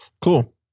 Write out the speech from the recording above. Cool